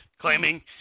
claiming